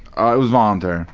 ah it was voluntary,